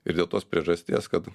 ir dėl tos priežasties kad